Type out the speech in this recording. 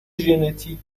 ژنتیک